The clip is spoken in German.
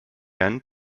ann